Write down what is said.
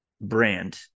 brand